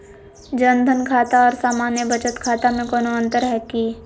जन धन खाता और सामान्य बचत खाता में कोनो अंतर है की?